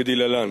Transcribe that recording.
כדלהלן: